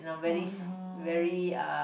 oh no